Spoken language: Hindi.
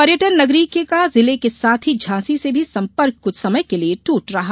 पर्यटन नगरी का जिले के साथ ही झांसी से भी संपर्क कुछ समय के लिए दूटा रहा